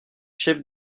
chef